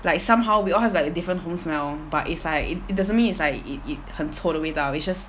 like somehow we all have like a different home smell but it's like it doesn't mean it's like it it 很臭的味道 it's just